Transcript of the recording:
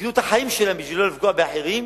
סיכנו את החיים שלהם כדי לא לפגוע באחרים,